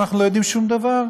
אנחנו לא יודעים שום דבר.